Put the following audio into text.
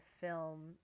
film